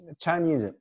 Chinese